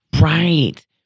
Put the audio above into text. Right